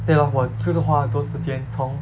对 lor 我就是花很多时间从